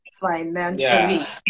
financially